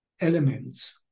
elements